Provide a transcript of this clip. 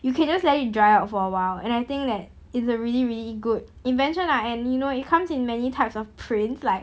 you can just let it dry out for awhile and I think that it's a really really good invention ah and you know it comes in many types of prints like